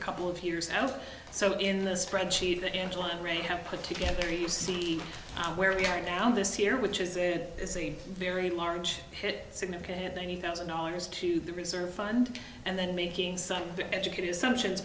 a couple of years out so in the spreadsheet that angela rae have put together you see where we are now this year which is a very large hit significant ninety thousand dollars to the reserve fund and then making some educated assumptions